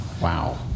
Wow